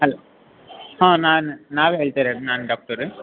hello ಹಾಂ ma'am ನಾವೇ ಹೇಳ್ತಿರೋದ್ ಮ್ಯಾಮ್ ಡಾಕ್ಟರ್